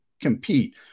compete